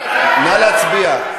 נא להצביע.